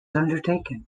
undertaken